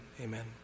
amen